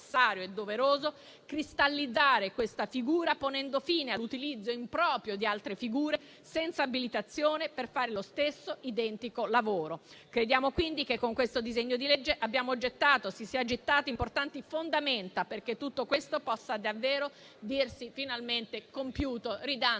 e doveroso cristallizzare questa figura, ponendo fine all'utilizzo improprio di altre figure senza abilitazione per fare lo stesso identico lavoro. Crediamo quindi che con questo disegno di legge si siano gettate importanti fondamenta perché tutto questo possa davvero dirsi finalmente compiuto, ridando